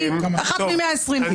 אני אחת מ-120.